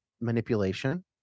manipulation